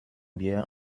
bier